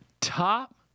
top